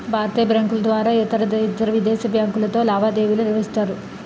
భారతీయ బ్యాంకుల ద్వారా ఇతరవిదేశీ బ్యాంకులతో లావాదేవీలు నిర్వహిస్తారు